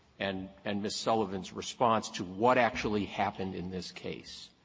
and and ms. sullivan's response to what actually happened in this case.